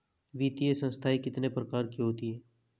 वित्तीय संस्थाएं कितने प्रकार की होती हैं?